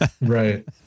Right